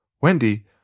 Wendy